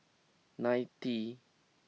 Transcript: ninety